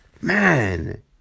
man